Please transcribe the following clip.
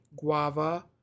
guava